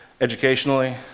educationally